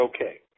okay